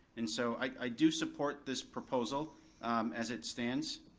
and so i do support this proposal as it stands.